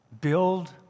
Build